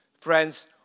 Friends